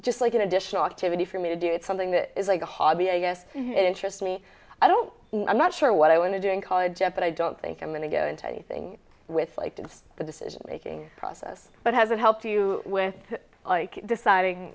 just like an additional activity for me to do it's something that is like a hobby i guess it interests me i don't i'm not sure what i want to do in college yet but i don't think i'm going to go into anything with like this the decision making process but has it helped you with like deciding